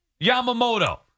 Yamamoto